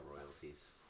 royalties